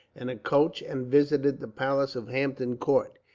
and a coach and visited the palace of hampton court.